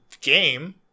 game